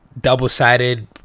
double-sided